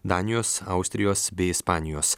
danijos austrijos bei ispanijos